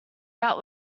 that